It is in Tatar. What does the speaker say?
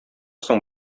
соң